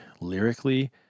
lyrically